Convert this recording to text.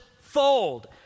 fold